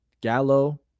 Gallo